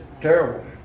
terrible